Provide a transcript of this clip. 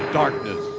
darkness